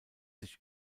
sich